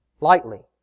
lightly